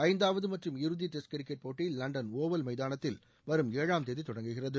ஐந்தாவது மற்றும் இறுதி டெஸ்ட் கிரிக்கெட் போட்டி லண்டன் ஒவல் மைதானத்தில் வரும் ஏழாம் தேதி தொடங்குகிறது